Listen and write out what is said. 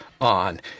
on